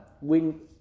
win